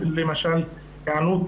למשל היענות